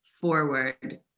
forward